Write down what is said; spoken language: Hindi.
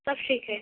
तब ठीक है